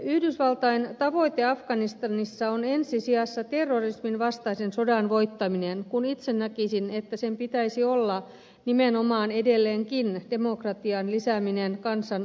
yhdysvaltain tavoite afganistanissa on ensi sijassa terrorisminvastaisen sodan voittaminen kun itse näkisin että sen pitäisi olla nimenomaan edelleenkin demokratian lisääminen kansan auttaminen